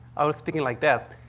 i'll speak it like that.